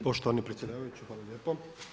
Poštovani predsjedavajući, hvala lijepo.